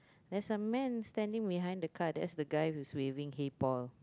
there's a man standing behind the car that's the guy who's waving hey Paul